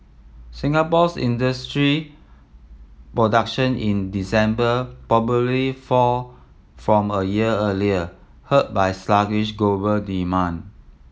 Singapore's industry production in December probably fall from a year earlier hurt by sluggish global demand